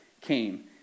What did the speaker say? came